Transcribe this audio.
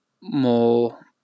more